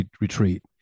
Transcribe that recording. retreat